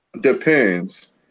depends